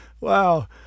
wow